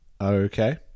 Okay